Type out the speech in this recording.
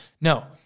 No